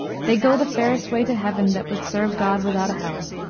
they go the fairest way to heaven, that would serve god without a hell.